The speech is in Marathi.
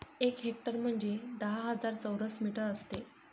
एक हेक्टर म्हणजे दहा हजार चौरस मीटर असते